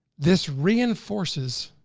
this reinforces,